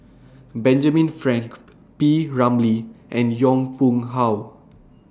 Benjamin Frank P Ramlee and Yong Pung How